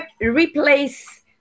replace